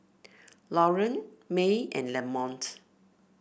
Loren May and Lamont